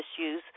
issues